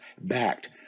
backed